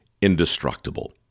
indestructible